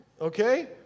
okay